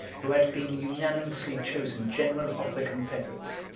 who had been unanimously chosen general of the confederates.